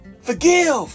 forgive